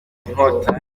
inkota